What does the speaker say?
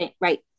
Right